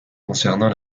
concernant